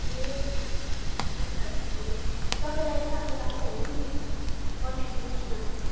ए हुन्छ त्यसो भने तपाईँलाई जे राम्रो लाग्छ हो यो पनि पठाइदिनुहोस् न